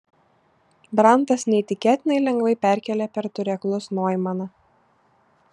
brantas neįtikėtinai lengvai perkėlė per turėklus noimaną